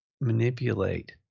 manipulate